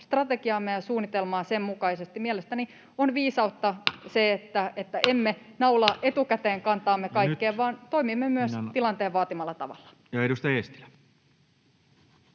strategiaamme ja suunnitelmaamme sen mukaisesti. Mielestäni on viisautta se, että emme naulaa etukäteen kantaamme kaikkeen, vaan toimimme myös tilanteen vaatimalla tavalla. Edustaja Eestilä.